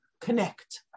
connect